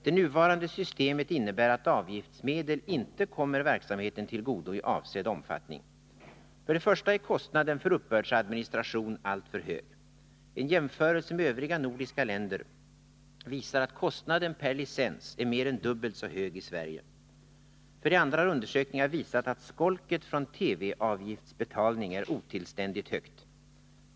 Det nuvarande systemet innebär att avgiftsmedel inte kommer verksamheten till godo i avsedd omfattning. För det första är kostnaden för uppbördsadministration alltför hög. En jämförelse med övriga nordiska länder visar att kostnaden per licens är mer än dubbelt så hög i Sverige. För det andra har undersökningar visat att skolket från TV-avgiftsbetalning är otillständigt högt.